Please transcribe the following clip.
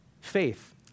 faith